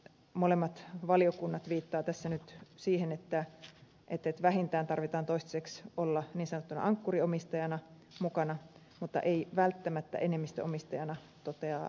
molemmat valiokunnat viittaavat tässä nyt siihen että vähintään tarvitsee toistaiseksi olla niin sanottuna ankkuriomistajana mukana mutta ei välttämättä enemmistöomistajana toteaa valtiovarainvaliokunta